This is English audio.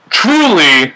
truly